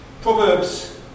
Proverbs